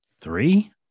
three